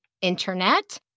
internet